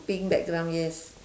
pink background yes